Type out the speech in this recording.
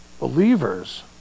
believers